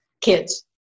kids